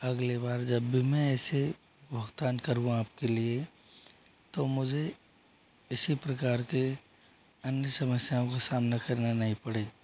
अगली बार जब भी मैं ऐसे भुगतान करूँ आपके लिए तो मुझे इसी प्रकार के अन्य समस्याओं का सामना करना नहीं पड़े